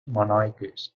monoiques